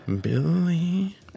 Billy